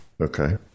Okay